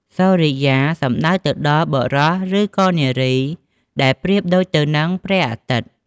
សូរិយា សំដៅទៅដល់បុរសឬក៏នារី ដែលប្រៀបដូចទៅនឹងព្រះអាទិត្យ។